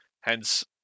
hence